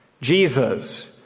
Jesus